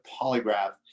polygraph